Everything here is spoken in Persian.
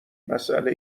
مسئله